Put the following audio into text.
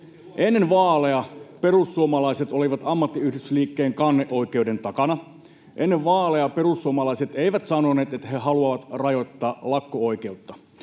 Ennen vaaleja perussuomalaiset olivat ammattiyhdistysliikkeen kanneoikeuden takana, ennen vaaleja perussuomalaiset eivät sanoneet, että he haluavat rajoittaa lakko-oikeutta,